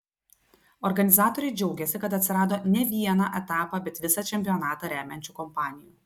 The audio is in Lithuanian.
organizatoriai džiaugiasi kad atsirado ne vieną etapą bet visą čempionatą remiančių kompanijų